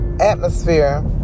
atmosphere